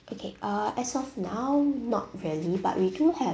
okay uh as of now not really but we do have